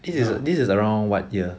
this uh this is around what year